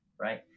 right